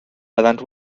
byddant